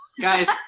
Guys